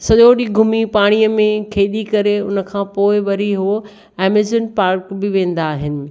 सॼो ॾींहुं घुमी पाणीअ में खेॾी करे उन खां पोइ वरी उहो एम्यूज़मेंट पार्क बि वेंदा आहिनि